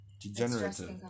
Degenerative